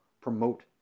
promote